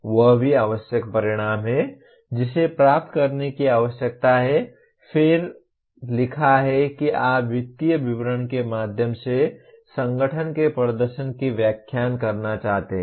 वह भी आवश्यक परिणाम है जिसे प्राप्त करने की आवश्यकता है और फिर लिखा है कि आप वित्तीय विवरण के माध्यम से संगठन के प्रदर्शन की व्याख्या करना चाहते हैं